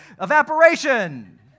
evaporation